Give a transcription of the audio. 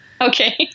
Okay